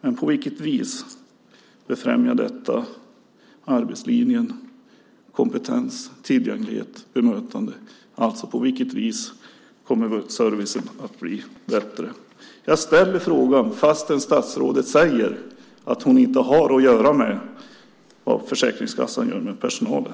På vilket vis främjar detta arbetslinje, kompetens, tillgänglighet och bemötande? På vilket vis kommer servicen att bli bättre? Jag ställer frågorna fastän statsrådet säger att hon inte har att göra med vad Försäkringskassan gör med personalen.